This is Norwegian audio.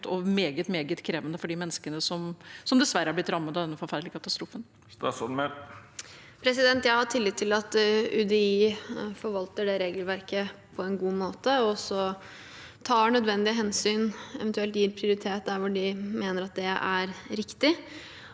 og meget krevende for de menneskene som dessverre er blitt rammet av denne forferdelige katastrofen? Statsråd Emilie Mehl Jeg har tillit til at UDI forvalter det regelverket på en god måte og tar nødvendige hensyn, eventuelt gir prioritet, der de mener det er riktig.